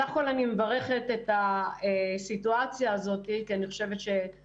סך הכל אני מברכת את הסיטואציה הזאת כי אני חושבת שלהעלות